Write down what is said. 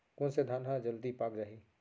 कोन से धान ह जलदी पाक जाही?